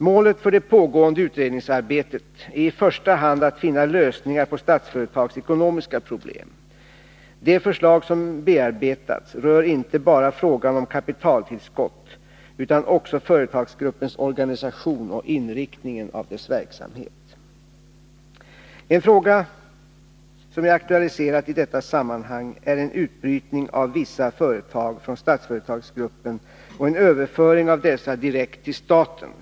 Målet för det pågående utredningsarbetet är i första hand att finna lösningar på Statsföretags ekonomiska problem. De förslag som bearbetats rör inte bara frågan om kapitaltillskott utan också företagsgruppens organisation och inriktningen av dess verksamhet. En fråga som jag aktualiserat i detta sammanhang är en utbrytning av vissa företag från Statsföretagsgruppen och en överföring av dessa direkt till staten.